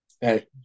Hey